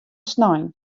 snein